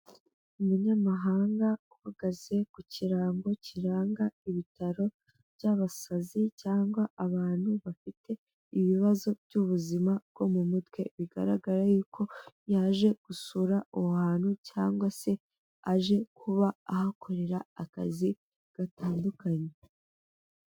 Umunyamahanga uhagaze ku kirango kiranga ibitaro by'abasazi cyangwa abantu bafite ibibazo by'ubuzima bwo mu mutwe, bigaragara y'uko yaje gusura aho hantu cyangwa se aje kuba ahakorera akazi gatandukanye.